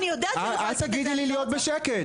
אל תגידי לי להיות בשקט.